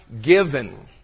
given